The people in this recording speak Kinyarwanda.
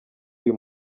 uyu